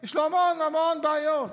יש המון המון בעיות.